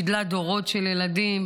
גידלה דורות של ילדים,